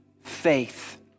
faith